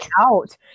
out